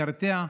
מקרטע,